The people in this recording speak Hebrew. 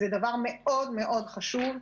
זה דבר מאוד חשוב,